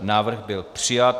Návrh byl přijat.